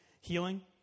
healing